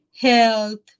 health